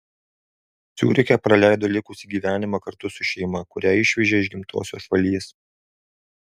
ciuriche praleido likusį gyvenimą kartu su šeima kurią išvežė iš gimtosios šalies